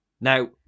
Now